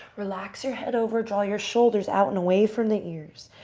relax your head over. draw your shoulders out and away from the ears.